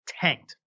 tanked